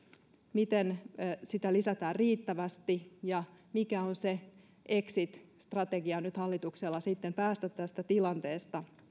miten sitä lisätään riittävästi ja mikä on nyt se exit strategia hallituksella sitten päästä tästä tilanteesta